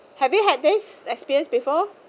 have you had this experience before